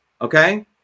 Okay